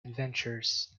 adventures